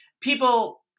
people